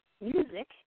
music